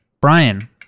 Brian